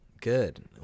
Good